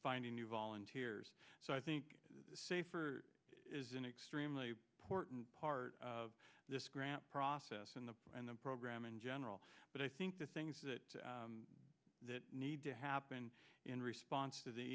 finding new volunteers so i think safer is an extremely important part of this grant process and the and the program in general but i think the things that need to happen in response to the